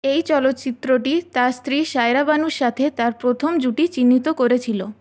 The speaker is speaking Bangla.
এই চলচ্চিত্রটি তার স্ত্রী সায়রা বানুর সাথে তার প্রথম জুটি চিহ্নিত করেছিল